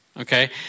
okay